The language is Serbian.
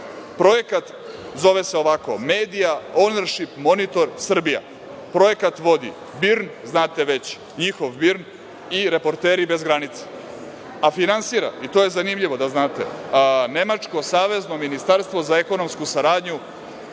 Projekat se zove ovako „Media ownership monitor Serbia“. Projekat vodi BIRN, znate već, njihov BIRN, i Reporteri bez granica, a finansira, i to je zanimljivo da znate, nemačko Savezno ministarstvo za ekonomsku saradnju.